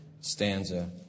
stanza